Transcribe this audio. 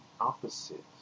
opposite